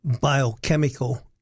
biochemical